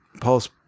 paul's